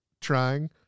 trying